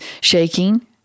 shaking